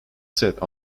set